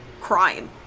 crime